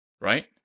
right